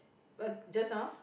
what just now